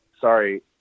Sorry